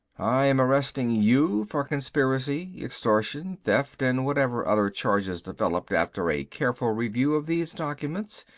i am arresting you for conspiracy, extortion, theft, and whatever other charges develop after a careful review of these documents.